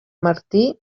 martí